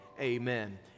Amen